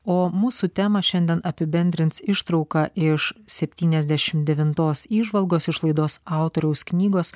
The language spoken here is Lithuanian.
o mūsų temą šiandien apibendrins ištrauka iš septyniasdešim devintos įžvalgos iš laidos autoriaus knygos